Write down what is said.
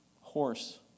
horse